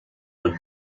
are